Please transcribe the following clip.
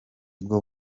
ubwo